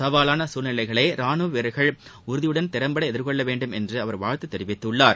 சவாவான சூழ்நிலைகளை ரானுவ வீரர்கள் உறுதியுடன் திறம்பட எதிர்கொள்ளவேண்டும் என்று அவர் வாழ்த்து தெரிவித்துள்ளார்